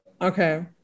Okay